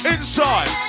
Inside